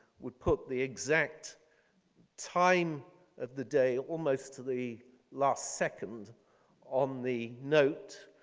would put the exact time of the day almost to the last second on the note.